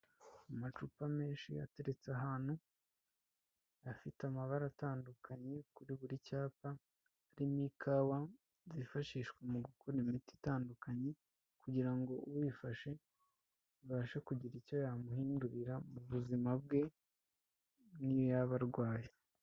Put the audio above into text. Amacupa menshi ateretse ahantu afite amabara atandukanye kuri buri cyapa, harimo ikawa zifashishwa mu gukora imiti itandukanye kugira ngo uyifashe abashe kugira icyo yamuhindurira muzima bwe niyo yaba arwaye.